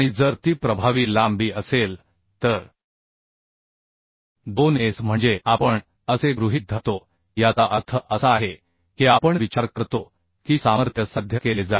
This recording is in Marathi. जर ती प्रभावी लांबी असेल तर 2S म्हणजे आपण असे गृहीत धरतो याचा अर्थ असा आहे की आपण विचार करतो की सामर्थ्य साध्य केले जाईल